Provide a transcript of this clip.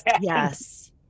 yes